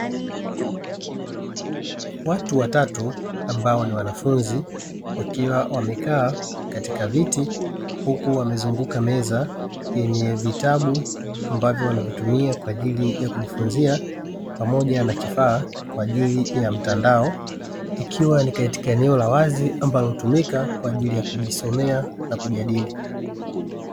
Watu watatu ambao ni wanafunzi wakiwa wamekaa katika viti huku wamezunguka meza yenye vitabu ambavyo wanavitumia kwaajili ya kujifunzia, pamoja na kifaa ambacho ni cha mtandao ikiwa ni katika eneo la wazi ambalo hutumika katika kujisomea na kujadili.